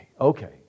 okay